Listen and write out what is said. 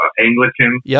Anglican